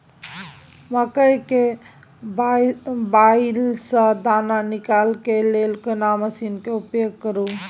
मकई के बाईल स दाना निकालय के लेल केना मसीन के उपयोग करू?